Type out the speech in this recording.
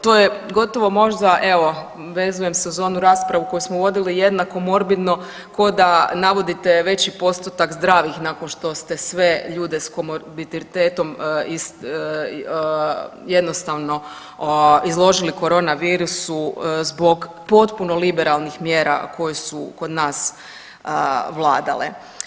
To je gotovo možda evo vezujem se za onu raspravu koju smo vodili jednako morbidno ko da navodite veći postotak zdravih nakon što ste sve ljude komorbiditetom jednostavno izložili korona virusu zbog potpuno liberalnih mjera koje su kod nas vladale.